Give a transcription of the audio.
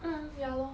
mm ya lor